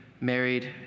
married